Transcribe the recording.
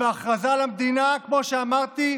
בהכרזה על המדינה, כמו שאמרתי,